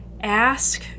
ask